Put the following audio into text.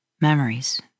Memories